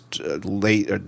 late